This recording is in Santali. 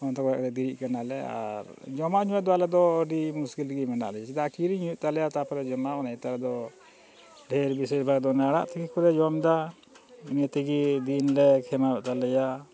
ᱚᱱᱛᱮ ᱠᱚᱷᱚᱡ ᱜᱮ ᱫᱮᱨᱤᱜ ᱠᱟᱱᱟᱞᱮ ᱟᱨ ᱡᱚᱢᱟᱜ ᱧᱩᱣᱟ ᱫᱚ ᱟᱞᱮᱫᱚ ᱟᱹᱰᱤ ᱢᱩᱥᱠᱤᱞ ᱨᱮᱜᱮ ᱢᱮᱱᱟᱜ ᱞᱮᱭᱟ ᱪᱮᱫᱟᱜ ᱠᱤᱨᱤᱧ ᱦᱩᱭᱩᱜ ᱛᱟᱞᱮᱭᱟ ᱛᱟᱯᱚᱨᱮ ᱡᱚᱢᱟ ᱚᱱᱟ ᱱᱮᱛᱟᱨ ᱫᱚ ᱰᱷᱮᱨ ᱵᱤᱥᱤᱨ ᱵᱷᱟᱜᱽ ᱫᱚ ᱟᱲᱟᱜ ᱛᱮᱠᱮ ᱠᱚᱞᱮ ᱡᱚᱢᱫᱟ ᱱᱤᱭᱟᱹ ᱛᱮᱜᱮ ᱫᱤᱱᱞᱮ ᱠᱷᱮᱢᱟᱣᱮᱫ ᱛᱟᱞᱮᱭᱟ